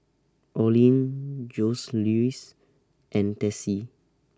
Orlin Joseluis and Tessie